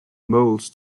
molds